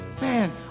Man